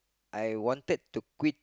I wanted to quit